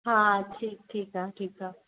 हा ठीकु ठीकु आहे ठीकु आहे